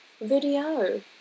video